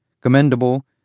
commendable